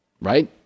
right